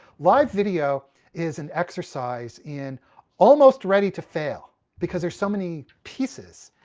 live video is an exercise in almost ready to fail, because there's so many pieces.